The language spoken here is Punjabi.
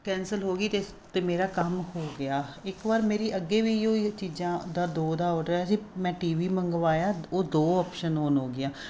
ਕੈਂਸਲ ਹੋ ਗਈ ਅਤੇ ਅਤੇ ਮੇਰਾ ਕੰਮ ਹੋ ਗਿਆ ਇੱਕ ਵਾਰ ਮੇਰੀ ਅੱਗੇ ਵੀ ਇਹੋ ਹੀ ਚੀਜ਼ਾਂ ਦਾ ਦੋ ਦਾ ਓਡਰ ਆਇਆ ਸੀ ਮੈਂ ਟੀ ਵੀ ਮੰਗਵਾਇਆ ਉਹ ਦੋ ਆਪਸ਼ਨ ਓਨ ਹੋ ਗਈਆਂ